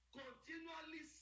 continually